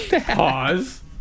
Pause